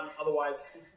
otherwise